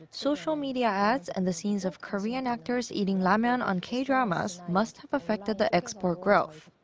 social media ads and the scenes of korean actors eating ramyeon on k-dramas must have affected the export growth.